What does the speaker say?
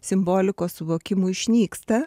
simbolikos suvokimų išnyksta